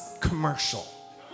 commercial